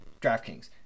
DraftKings